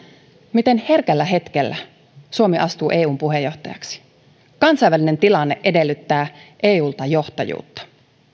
miten herkällä hetkellä suomi astuu eun puheenjohtajaksi kansainvälinen tilanne edellyttää eulta johtajuutta